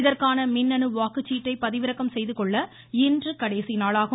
இதற்கான மின்னணு வாக்குச்சீட்டை பதிவிறக்கம் செய்துகொள்ள இன்று கடைசிநாளாகும்